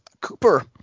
Cooper